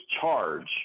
charge